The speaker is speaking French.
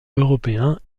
européen